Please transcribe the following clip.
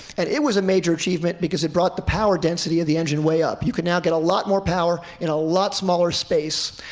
and it was a major achievement because it brought the power density of the engine way up. you could now get a lot more power in a lot smaller space,